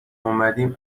اومدیم